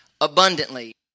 abundantly